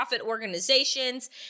organizations